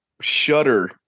Shudder